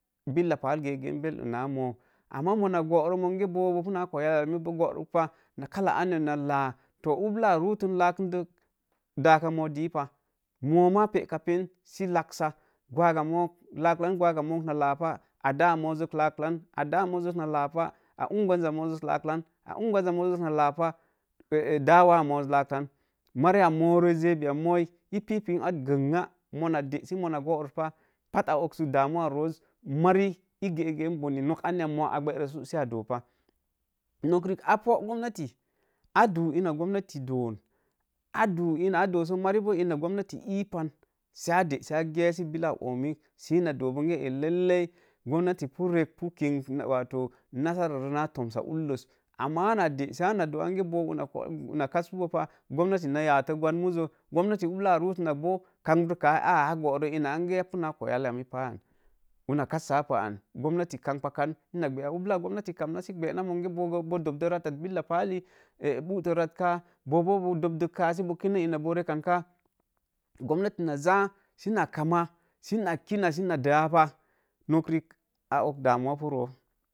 Billa pal gegen belləm na moo, ama moo ma goo roo munge boo kuya-lumi boo goruk pah, kalla anya na laa. To, ublaa ruutun lakən dək, daka moo dii pah, moo maa pekapen sə laaksa gwag mook, lalan gwaga mook na laapah, a daa moo zok lalan, a daa moo zok na laapa a ungwan z moozuk na laapa. Daa wa moozuk laaklan, mari moorən jebi a moi, ii pipin at gbənga, muna də sə moona gooruspat a oksən damuwa roos, mari ii gegen bone nok anya moo a bərə so sə do pah, nok riik a poo gomanati a doo ina gomnati doon, a duu ina a dosək mari boo ina gomnati ipan, sə də sə a gyesi billa oomik, sə ina doo bonge e leidai gomnati pu rek pikin nasara rə naa tomsa unləs, ana de sə ana doo ange boo una kasə boo pa, gomnati na yatə gwan muzo, ublaa ruutunak book, kamrə kaa aa'a gorə ina ange a pu naa koyalumi paa an, una kassapa an, gomnati kampakan sə gbə ya, ublaa gomnati kamna sə na gbənak, monge boo boo dobdo rattak billa pa li, būutə vat kaa, boo dobduk kaa sə boo kinə ina boo rəkkan, gomnati na zaa sə na kamma si na kina sə na daa pa, nok riik a og damuwa pu roo.